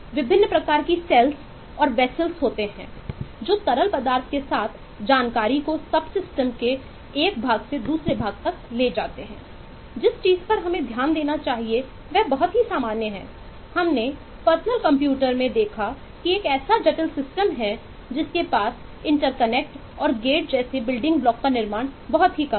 विभिन्न प्रकार की सेल्स का निर्माण बहुत कम है